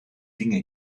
dinge